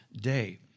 day